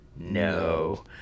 no